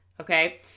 okay